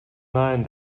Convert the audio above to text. nein